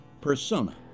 Persona